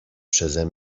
przeze